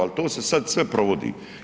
Ali to se sada sve provodi.